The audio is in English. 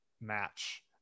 match